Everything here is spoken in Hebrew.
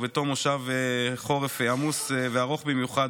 ובתום מושב חורף עמוס וארוך במיוחד,